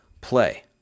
play